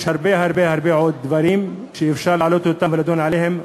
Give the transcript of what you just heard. יש הרבה הרבה הרבה דברים שאפשר להעלות אותם ולדון עליהם.